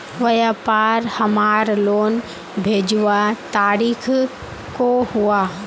व्यापार हमार लोन भेजुआ तारीख को हुआ?